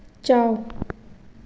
ꯆꯥꯎ